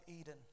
Eden